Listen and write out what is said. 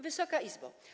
Wysoka Izbo!